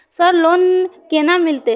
Sir loan केना मिलते?